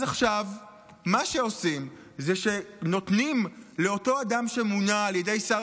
אז עכשיו מה שעושים זה שנותנים לאותו אדם שמונה על ידי שר